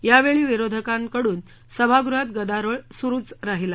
यावेळी विरोधकांकडून सभागृहात गदारोळ सुरूच राहिला